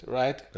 right